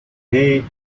hey